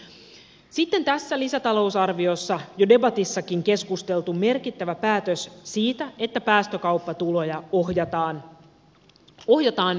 sitten tässä lisätalousarviossa on jo debatissakin keskusteltu merkittävä päätös siitä että päästökauppatuloja ohjataan nyt ensimmäistä kertaa kehitysyhteistyöhön